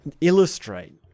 illustrate